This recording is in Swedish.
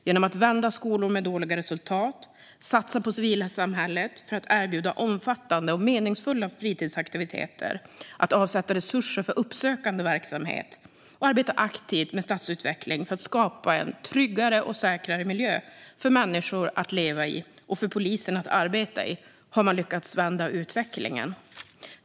Genom att vända skolor med dåliga resultat, satsa på civilsamhället för att erbjuda omfattande och meningsfulla fritidsaktiviteter, avsätta resurser för uppsökande verksamhet och arbeta aktivt med stadsutveckling för att skapa en tryggare och säkrare miljö för människor att leva i och för polisen att arbeta i har man lyckats vända utvecklingen.